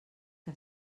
que